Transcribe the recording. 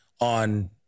on